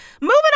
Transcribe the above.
moving